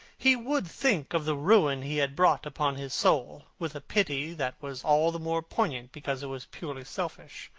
he would think of the ruin he had brought upon his soul with a pity that was all the more poignant because it was purely selfish.